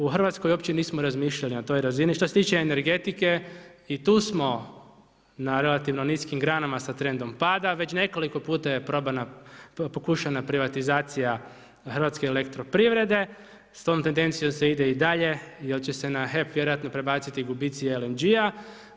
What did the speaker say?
U Hrvatskoj uopće nismo razmišljali na toj razini, što se tiče energetike i tu smo na relativno niskim granama sa trendom pada, već nekoliko puta je probana pokušana privatizacije Hrvatske elektroprivrede, s tom tendencijom se ide i dalje, jer će se na HEP vjerojatno prebaciti gubitci LNG-a.